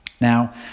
Now